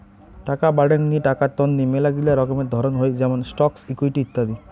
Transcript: টাকা বাডেঙ্নি টাকা তন্নি মেলাগিলা রকমের ধরণ হই যেমন স্টকস, ইকুইটি ইত্যাদি